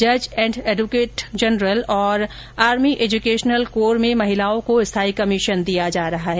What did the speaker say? जज and advocate general और army educational corps में महिलाओं को स्थायी कमीशन दिया जा रहा है